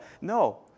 No